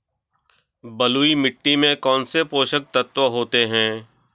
बलुई मिट्टी में कौनसे पोषक तत्व होते हैं?